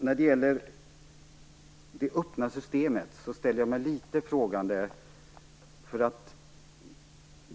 Men till det öppna systemet ställer jag mig litet frågande.